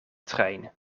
trein